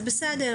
אז בסדר,